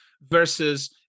versus